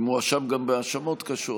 ומואשם גם בהאשמות קשות,